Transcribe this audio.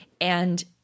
And-